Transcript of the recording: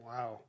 Wow